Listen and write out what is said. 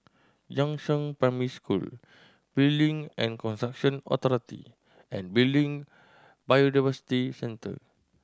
Yangzheng Primary School Building and Construction Authority and Biodiversity Centre